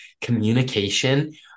Communication